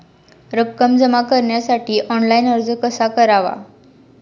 रक्कम जमा करण्यासाठी ऑनलाइन अर्ज कसा करावा?